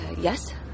yes